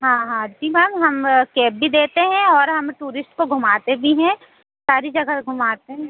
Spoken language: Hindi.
हाँ हाँ जी मैम हम कैब भी देते हैं और हम टूरिस्ट को घुमाते भी हैं सारी जगह घुमाते हैं